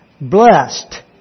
Blessed